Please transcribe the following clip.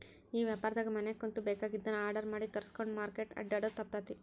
ಈ ವ್ಯಾಪಾರ್ದಾಗ ಮನ್ಯಾಗ ಕುಂತು ಬೆಕಾಗಿದ್ದನ್ನ ಆರ್ಡರ್ ಮಾಡಿ ತರ್ಸ್ಕೊಂಡ್ರ್ ಮಾರ್ಕೆಟ್ ಅಡ್ಡ್ಯಾಡೊದು ತಪ್ತೇತಿ